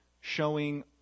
showing